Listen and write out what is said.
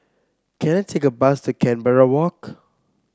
can I take a bus to Canberra Walk